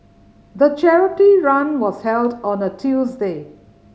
the charity run was held on a Tuesday